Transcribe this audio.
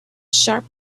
sharp